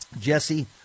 Jesse